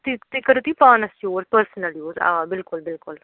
ٹھیٖک تُہۍ کٔرِو تُہۍ پانَس چوٗز پٔرسٕنَل یوٗز آ بِلکُل بِلکُل